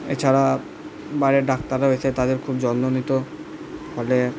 এ ছাড়া বাইরের ডাক্তাররা এসে তাদের খুব যত্ন নিতো ফলে